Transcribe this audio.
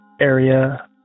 area